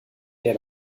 der